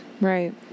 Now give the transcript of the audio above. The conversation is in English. Right